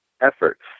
efforts